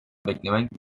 beklemek